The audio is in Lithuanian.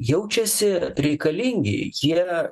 jaučiasi reikalingi jie